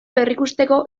berrikusteko